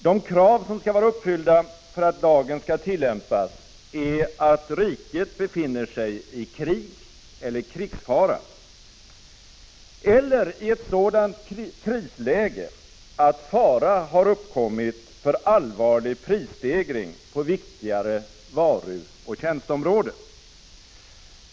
De krav som skall vara uppfyllda för att lagen skall tillämpas är att riket befinner sig i krig eller krigsfara eller i ett sådant krisläge att ”fara har uppkommit för allvarlig prisstegring på viktigare varueller tjänsteområde”.